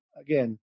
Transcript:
again